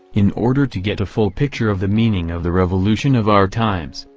in order to get a full picture of the meaning of the revolution of our times,